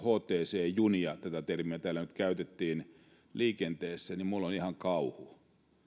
hct junia tätä termiä täällä nyt käytettiin liikenteessä niin minulla on ihan kauhu